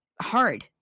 hard